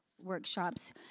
Workshops